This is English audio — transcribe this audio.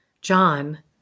John